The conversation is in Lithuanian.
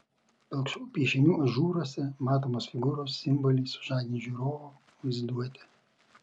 pilkšvų piešinių ažūruose matomos figūros simboliai sužadins žiūrovo vaizduotę